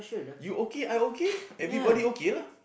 you okay I okay everybody okay lah